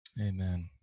Amen